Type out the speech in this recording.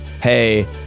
Hey